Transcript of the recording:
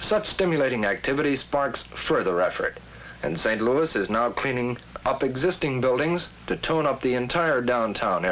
such stimulating activities sparked further effort and st louis is now cleaning up existing buildings the tone of the entire downtown